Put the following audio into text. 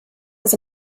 was